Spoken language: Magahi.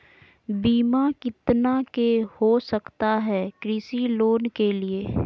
बीमा कितना के हो सकता है कृषि लोन के लिए?